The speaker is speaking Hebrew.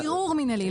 בערעור מנהלי.